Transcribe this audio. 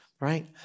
right